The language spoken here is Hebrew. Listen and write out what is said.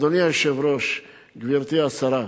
אדוני היושב-ראש, גברתי השרה,